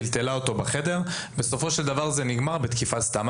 טלטלה אותו בחדר ובסופו של דבר זה נגמר בתקיפה סתם.